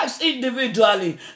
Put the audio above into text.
individually